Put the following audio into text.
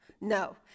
No